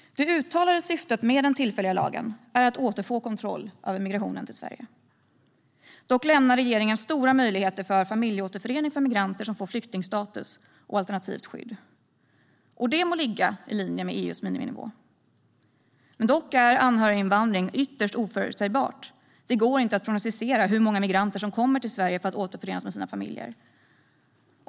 Det uttalade syftet med den tillfälliga lagen är att återfå kontrollen över migrationen till Sverige. Dock lämnar regeringen stora möjligheter för familjeåterförening för migranter som får skyddsstatus alternativt skydd. Det må ligga i linje med EU:s miniminivå. Dock är anhöriginvandringen ytterst oförutsägbar. Det går inte att prognosticera hur många migranter som kommer till Sverige för att återförenas med sina familjer.